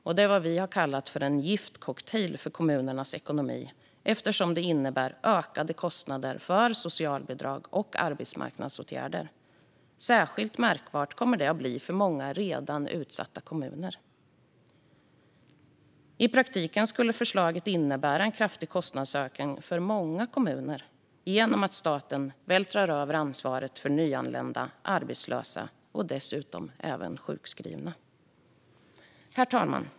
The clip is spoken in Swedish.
Detta är vad vi har kallat för en giftcocktail för kommunernas ekonomi eftersom det innebär ökade kostnader för socialbidrag och arbetsmarknadsåtgärder. Särskilt märkbart kommer det att bli för många redan utsatta kommuner. I praktiken skulle förslaget innebära en kraftig kostnadsökning för många kommuner genom att staten vältrar över ansvaret för nyanlända och arbetslösa och dessutom även för sjukskrivna på dem. Herr talman!